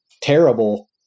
terrible